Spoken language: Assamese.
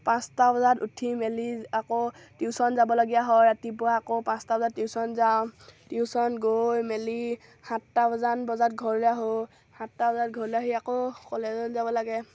পাঁচটা বজাত উঠি মেলি আকৌ টিউশ্যন যাবলগীয়া হয় ৰাতিপুৱা আকৌ পাঁচটা বজাত টিউশ্যন যাওঁ টিউশ্যন গৈ মেলি সাতটা বজাত বজাত ঘৰলৈ আহোঁ সাতটা বজাত ঘৰলৈ আহি আকৌ কলেজলৈ যাব লাগে